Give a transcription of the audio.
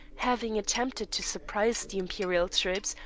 having attempted to surprise the imperial troops,